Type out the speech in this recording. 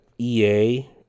EA